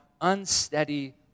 unsteady